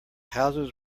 houses